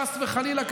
חס וחלילה,